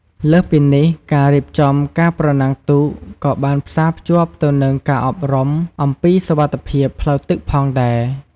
លើសពីនេះ ការរៀបចំការប្រណាំងទូកក៏បានផ្សារភ្ជាប់ទៅនឹងការអប់រំអំពីសុវត្ថិភាពផ្លូវទឹកផងដែរ។